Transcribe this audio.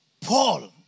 Paul